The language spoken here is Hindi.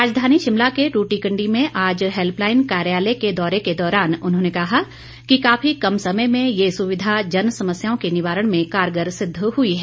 राजधानी शिमला के ट्टीकंडी में आज हैल्यलाईन कार्यालय के दौरे के दौरान उन्होंने कहा कि काफी कम समय में ये सुविधा जन समस्याओं के निवारण में कारगर सिद्ध हुई है